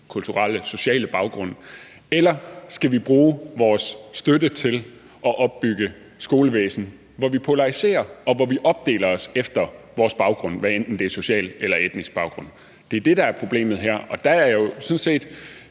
kulturel og social baggrund, eller om vi skal bruge vores støtte til at opbygge et skolevæsen, hvor vi polariserer, og hvor vi opdeler os efter vores baggrund, hvad enten det er efter social eller etnisk baggrund. Det er det, der er problemet her. Og jeg er jo sådan set